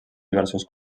diversos